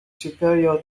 superior